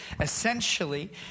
Essentially